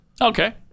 Okay